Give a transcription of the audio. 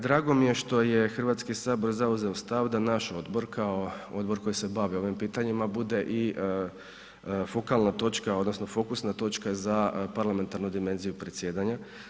Drago mi je što je Hrvatski sabor zauzeo stav da naš odbor kao odbor koji se bavi ovim pitanjima bude i fokalna točka odnosno fokusna točka za parlamentarnu dimenziju predsjedanja.